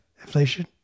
inflation